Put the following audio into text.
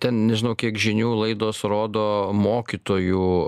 ten nežinau kiek žinių laidos rodo mokytojų